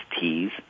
Teas